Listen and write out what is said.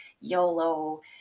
YOLO